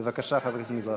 בבקשה, חבר הכנסת מזרחי.